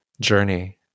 journey